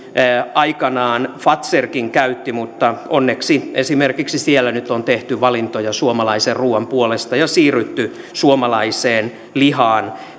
aikanaan myös fazer käytti sitä mutta onneksi esimerkiksi siellä nyt on tehty valintoja suomalaisen ruuan puolesta ja siirrytty suomalaiseen lihaan